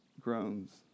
Groans